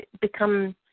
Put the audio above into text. become